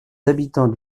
habitants